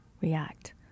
react